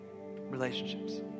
relationships